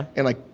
and, like,